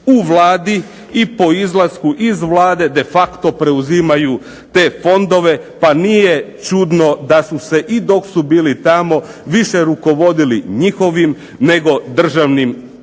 u Vladi i po izlasku iz Vlade de facto preuzimaju te fondove pa nije čudno da su se i dok su bili tamo više rukovodili njihovim nego državnim interesima.